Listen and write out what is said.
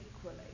equally